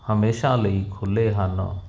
ਹਮੇਸ਼ਾ ਲਈ ਖੁੱਲੇ ਹਨ